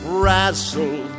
Razzle